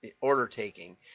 order-taking